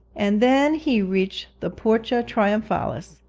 and then he reached the porta triumphalis,